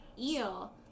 Eel